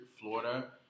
Florida